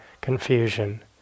confusion